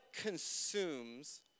consumes